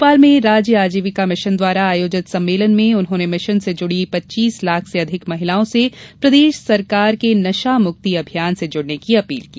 मोपाल में राज्य आजीविका मिशन द्वारा आयोजित सम्मेलन में उन्होंने मिशन से जुड़ी पच्चीस लाख से अधिक महिलाओं से प्रदेश सरकार के नशा मुक्ति अभियान से जुड़ने की अपील की